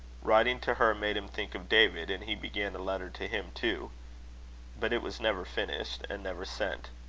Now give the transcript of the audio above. writing to her made him think of david, and he began a letter to him too but it was never finished, and never sent.